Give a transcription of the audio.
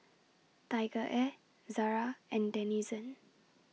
TigerAir Zara and Denizen